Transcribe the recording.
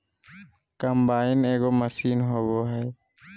combine एगो machine होबा हइ